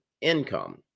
income